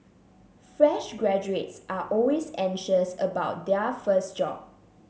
fresh graduates are always anxious about their first job